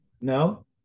No